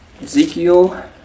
Ezekiel